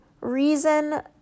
reason